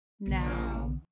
now